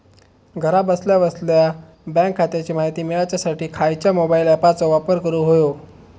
घरा बसल्या बसल्या बँक खात्याची माहिती मिळाच्यासाठी खायच्या मोबाईल ॲपाचो वापर करूक होयो?